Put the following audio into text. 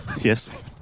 Yes